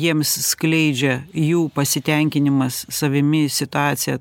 jiems skleidžia jų pasitenkinimas savimi situacija